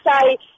say